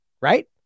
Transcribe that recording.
right